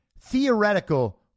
theoretical